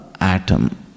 atom